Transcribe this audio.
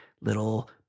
little